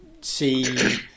see